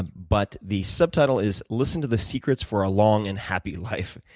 and but the subtitle is listen to the secrets for a long and happy life.